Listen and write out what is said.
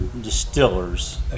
distillers